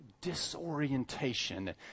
disorientation